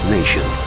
Nation